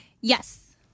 Yes